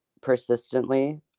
persistently